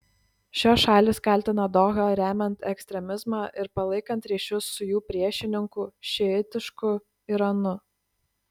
šios šalys kaltina dohą remiant ekstremizmą ir palaikant ryšius su jų priešininku šiitišku iranu